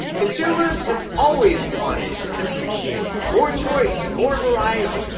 consumers have always wanted and appreciated more choice, more variety,